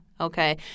okay